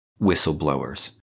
whistleblowers